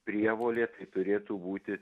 prievolė tai turėtų būti